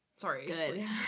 Sorry